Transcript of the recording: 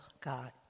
God